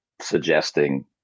suggesting